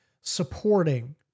Supporting